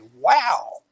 wow